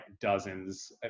dozens